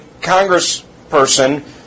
congressperson